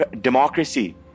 democracy